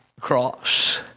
cross